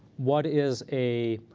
what is a